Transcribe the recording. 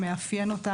המאפיין אותה,